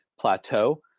plateau